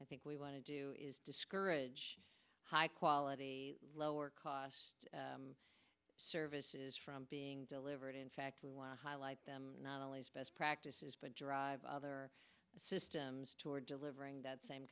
i think we want to do is discourage high quality lower cost services from being delivered in fact we want to highlight them not only best practices but drive other systems toward delivering that same